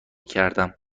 کردم